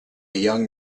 young